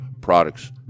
products